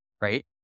right